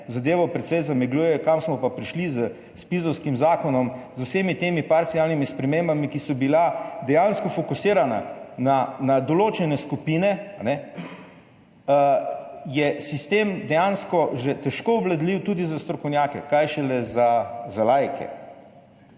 zadevo precej zamegljujejo. Kam smo pa prišli z zpizovskim zakonom, z vsemi temi parcialnimi spremembami, ki so bile dejansko fokusirana na določene skupine? Sistem je dejansko že težko obvladljiv tudi za strokovnjake, kaj šele za laike.